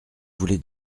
voulez